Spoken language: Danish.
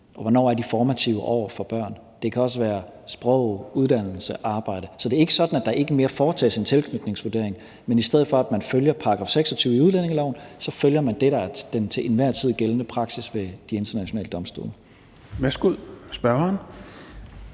og hvornår de formative år er for børnene, og det kan også handle om sprog, uddannelse, arbejde. Så det er ikke sådan, at der ikke mere foretages en tilknytningsvurdering, men i stedet for at man følger § 26 i udlændingeloven, så følger man det, der er den til enhver tid gældende praksis ved de internationale domstole. Kl. 10:33 Fjerde